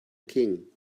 king